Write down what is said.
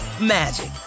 magic